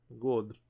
Good